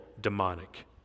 demonic